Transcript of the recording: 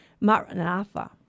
Maranatha